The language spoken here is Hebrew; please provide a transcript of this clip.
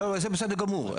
זה בסדר גמור.